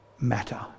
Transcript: matter